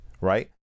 right